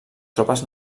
tropes